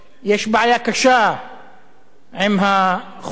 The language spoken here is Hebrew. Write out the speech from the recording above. יש בעיה קשה עם החוק הזה